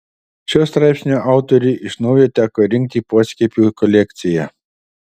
šio straipsnio autoriui iš naujo teko rinkti poskiepių kolekciją